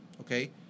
Okay